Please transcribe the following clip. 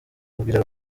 abwira